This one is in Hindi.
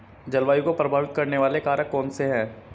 जलवायु को प्रभावित करने वाले कारक कौनसे हैं?